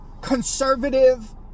conservative